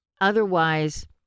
Otherwise